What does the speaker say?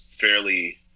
fairly